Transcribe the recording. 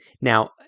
Now